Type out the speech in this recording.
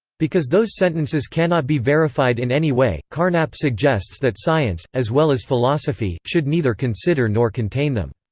because those sentences cannot be verified in any way, carnap suggests that science, as well as philosophy, should neither consider nor contain them.